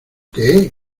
qué